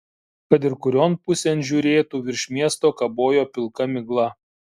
kad ir kurion pusėn žiūrėtų virš miesto kabojo pilka migla